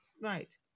Right